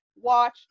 Watch